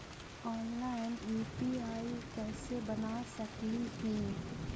Online UPI कैसे बना सकली ही?